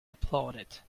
applauded